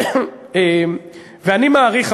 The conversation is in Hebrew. ואני מעריך,